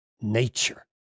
nature